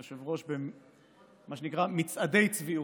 היושב-ראש, במה שנקרא מצעדי צביעות.